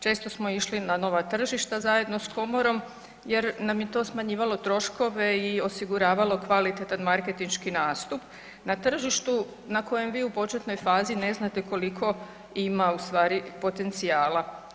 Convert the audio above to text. Često smo išli na nova tržišta zajedno s komorom jer nam je to smanjivalo troškove i osiguravalo kvalitetan marketinški nastup na tržištu na kojem vi u početnoj fazi ne znate koliko ima ustvari potencijala.